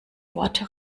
worte